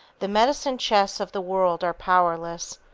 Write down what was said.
the medicine-chests of the world are powerless,